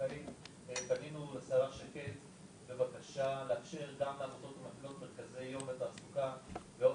פנינו לשרה שקד בבקשה לאפשר גם לעמותות המפעילות מרכזי תעסוקה בהוסטלים,